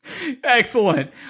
Excellent